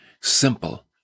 simple